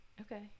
okay